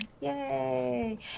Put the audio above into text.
Yay